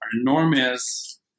enormous